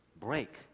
break